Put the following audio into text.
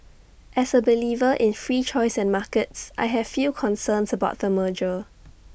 as A believer in free choice and markets I have few concerns about the merger